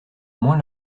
moins